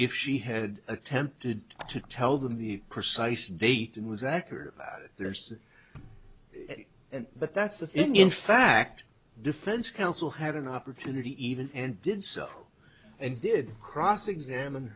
if she had attempted to tell them the precise date and was accurate there's and but that's the thing in fact defense counsel had an opportunity even and did so and did cross examine